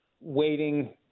waiting –